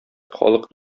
халык